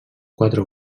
quatre